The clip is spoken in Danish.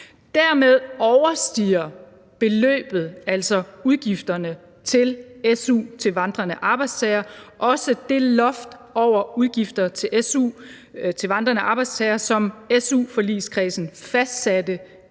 Dermed overstiger udgifterne til su til vandrende arbejdstagere også det loft over udgifter til su til vandrende arbejdstagere, som su-forligskredsen fastsatte